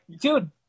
dude